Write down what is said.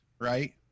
Right